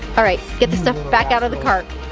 alright, get the stuff back out of the cart.